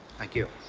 thank you.